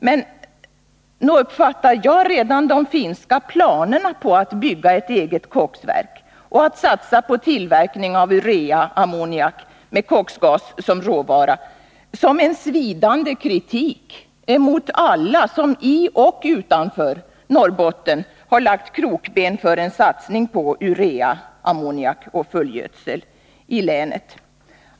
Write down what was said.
Men nog uppfattade jag redan de finska planerna på att bygga ett eget koksverk och att satsa på tillverkning av ureaammoniak med koksgas som råvara som en svidande kritik emot alla som i och utanför Norrbotten har lagt krokben för en satsning på ureaammoniak och fullgödsel i länet.